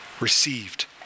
received